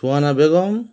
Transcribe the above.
Suyana Begum